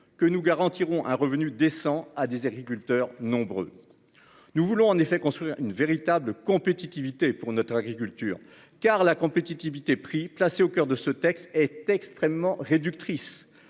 que nous garantirons un revenu décent à des agriculteurs nombreux. Nous voulons en effet construire une véritable compétitivité pour notre agriculture car la compétitivité prix placé au coeur de ce texte est extrêmement réductrice